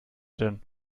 denn